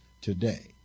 today